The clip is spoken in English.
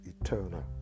eternal